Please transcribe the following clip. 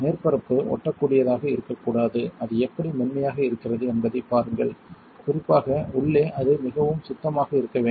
மேற்பரப்பு ஒட்டக்கூடியதாக இருக்கக்கூடாது அது எப்படி மென்மையாக இருக்கிறது என்பதைப் பாருங்கள் குறிப்பாக உள்ளே அது மிகவும் சுத்தமாக இருக்க வேண்டும்